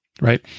right